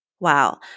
Wow